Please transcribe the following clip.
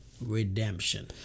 redemption